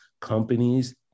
companies